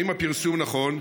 1. האם הפרסום נכון?